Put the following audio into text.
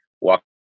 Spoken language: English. walk